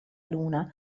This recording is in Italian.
luna